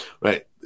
right